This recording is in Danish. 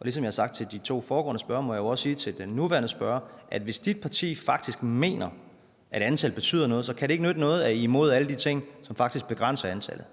og ligesom jeg har sagt til de to foregående spørgere, må jeg jo også sige til den nuværende spørger, at hvis dit parti faktisk mener, at antallet betyder noget, kan det ikke nytte noget, at I er imod alle de ting, som faktisk begrænser antallet.